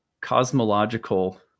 cosmological